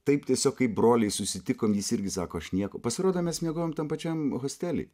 taip tiesiog kaip broliai susitikom jis irgi sako aš nieko pasirodo mes miegojom tam pačiam hostely